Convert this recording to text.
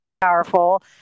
powerful